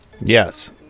yes